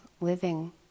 living